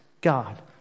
God